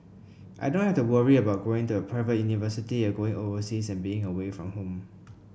I don't have to worry about going to a private university or going overseas and being away from home